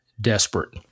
desperate